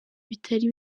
bitari